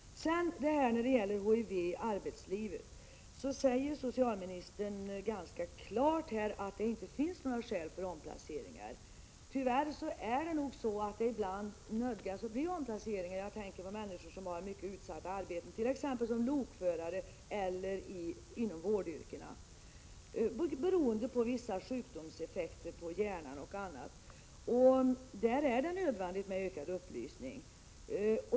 Beträffande HIV i arbetslivet säger socialministern ganska klart att det inte finns några skäl för omplaceringar. Men tyvärr måste det nog ändå bli omplaceringar. Jag tänker då på människor som har mycket utsatta arbeten, t.ex. som lokförare eller inom vårdsektorn — detta beroende på vissa sjukdomseffekter på hjärnan och annat. Där är det nödvändigt med ökad upplysning.